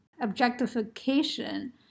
objectification